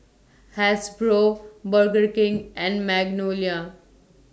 Hasbro Burger King and Magnolia